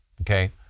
Okay